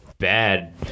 bad